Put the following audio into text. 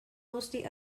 mostly